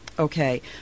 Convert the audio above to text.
Okay